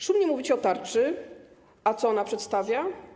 Szumnie mówicie o tarczy, a co ona przedstawia?